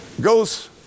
goes